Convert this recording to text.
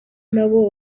nabo